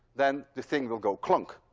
then the thing will go clunk.